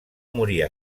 morir